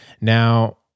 Now